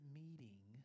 meeting